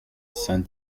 saint